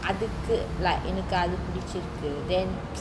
அதுக்கு:athuku like என்னக்கு அது பிடிச்சி இருக்கு:ennaku athu pidichi iruku then